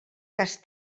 cas